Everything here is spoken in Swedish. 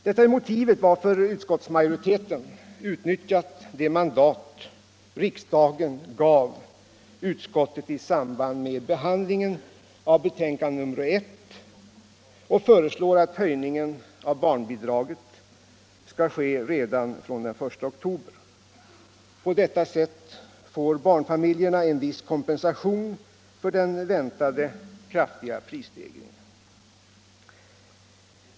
Detta är motivet till att utskottsmajoriteten utnyttjat det mandat riksdagen gav finansutskottet i samband med behandlingen av dess betänkande nr 1 och föreslagit, att höjningen av barnbidraget skall ske redan från den 1 oktober. På detta sätt får barnfamiljerna en viss kompensation för den väntade kraftiga prisstegringen.